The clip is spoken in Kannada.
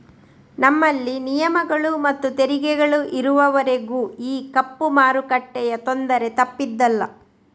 ನಮ್ಮಲ್ಲಿ ನಿಯಮಗಳು ಮತ್ತು ತೆರಿಗೆಗಳು ಇರುವವರೆಗೂ ಈ ಕಪ್ಪು ಮಾರುಕಟ್ಟೆಯ ತೊಂದರೆ ತಪ್ಪಿದ್ದಲ್ಲ